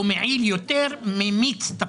או מועיל יותר ממיץ תפוזים,